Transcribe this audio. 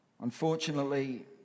Unfortunately